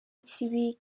kibi